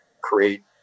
create